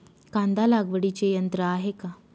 कांदा लागवडीचे यंत्र आहे का?